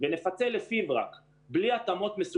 אבל אין להם איזשהו רצון לרמות את המדינה.